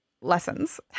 lessons